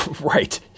Right